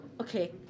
Okay